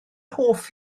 hoff